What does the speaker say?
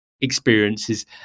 experiences